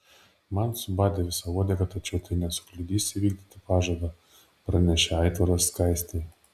man subadė visą uodegą tačiau tai nesukliudys įvykdyti pažadą pranešė aitvaras skaistei